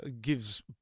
gives